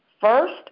first